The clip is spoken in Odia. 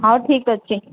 ହଉ ଠିକ୍ ଅଛି